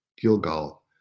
Gilgal